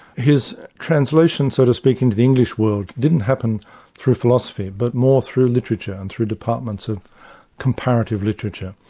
his translation, so to speak, into the english world didn't happen through philosophy, but more through literature and through departments of comparative literature.